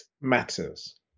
matters